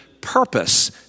purpose